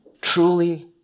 Truly